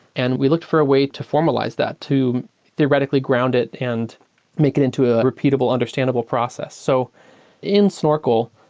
and we looked for a way to formalize that to theoretically ground it and make it into a repeatable understandable process. so in snorkel,